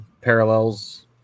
parallels